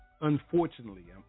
unfortunately